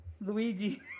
Luigi